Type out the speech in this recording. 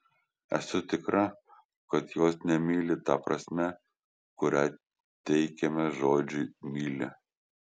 esu tikra kad jos nemyli ta prasme kurią teikiame žodžiui myli